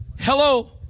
Hello